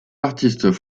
artistes